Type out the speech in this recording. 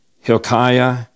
Hilkiah